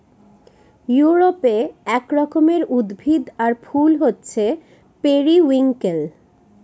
ইউরোপে এক রকমের উদ্ভিদ আর ফুল হছে পেরিউইঙ্কেল